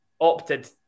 opted